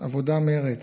העבודה-מרצ,